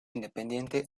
independiente